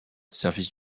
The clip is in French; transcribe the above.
service